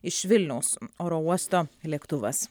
iš vilniaus oro uosto lėktuvas